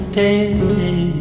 day